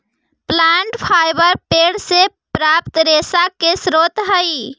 plant fibre पेड़ से प्राप्त रेशा के स्रोत हई